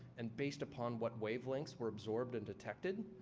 and, based upon what wavelengths were absorbed and detected,